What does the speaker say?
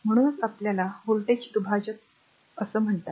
म्हणूनच त्याला r voltage दुभाजक म्हणतात